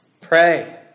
pray